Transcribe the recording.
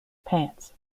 pants